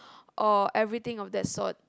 or everything of that sort